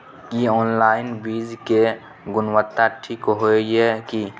की online बीज के गुणवत्ता ठीक होय ये की?